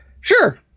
Sure